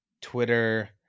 Twitter